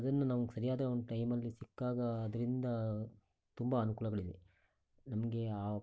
ಅದನ್ನು ನಾವು ಸರಿಯಾದ ಒಂದು ಟೈಮಲ್ಲಿ ಸಿಕ್ಕಾಗ ಅದರಿಂದ ತುಂಬ ಅನುಕೂಲಗಳಿವೆ ನಮಗೆ ಆ